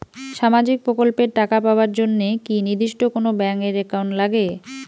সামাজিক প্রকল্পের টাকা পাবার জন্যে কি নির্দিষ্ট কোনো ব্যাংক এর একাউন্ট লাগে?